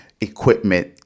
equipment